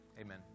Amen